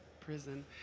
prison